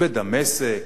בדמשק,